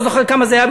לא זוכר כמה זה היה,